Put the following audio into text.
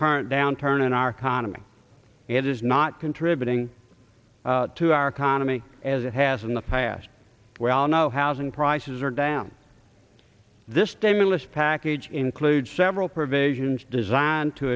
current downturn in our economy it is not contributing to our economy as it has in the past we all know housing prices are down this stimulus package includes several provisions designed to